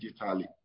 digitally